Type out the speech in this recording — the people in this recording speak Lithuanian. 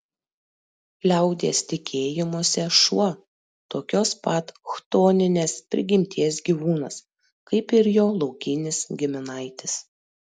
liaudies tikėjimuose šuo tokios pat chtoninės prigimties gyvūnas kaip ir jo laukinis giminaitis